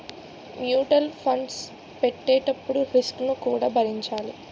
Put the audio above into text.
mutual funds పెట్టేటప్పుడు risk ను కూడా భరించాలి